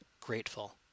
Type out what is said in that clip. grateful